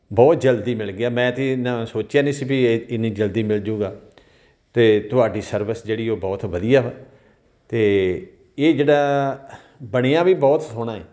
ਬਹੁਤ ਜਲਦੀ ਮਿਲ ਗਿਆ ਮੈਂ ਤਾਂ ਇੰਨਾ ਸੋਚਿਆ ਨਹੀਂ ਸੀ ਵੀ ਇਹ ਇੰਨੀ ਜਲਦੀ ਮਿਲ ਜਾਊਗਾ ਅਤੇ ਤੁਹਾਡੀ ਸਰਵਿਸ ਜਿਹੜੀ ਉਹ ਬਹੁਤ ਵਧੀਆ ਵਾ ਅਤੇ ਇਹ ਜਿਹੜਾ ਬਣਿਆ ਵੀ ਬਹੁਤ ਸੋਹਣਾ ਹੈ